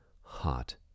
hot